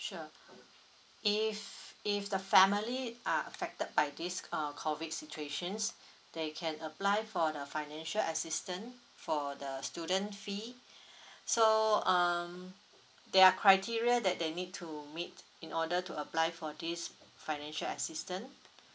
sure if if the family are affected by this uh COVID situations they can apply for the financial assistant for the student fee so um there are criteria that they need to meet in order to apply for this financial assistant